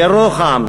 בירוחם?